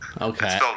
okay